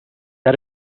set